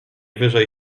wyżej